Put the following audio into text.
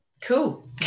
cool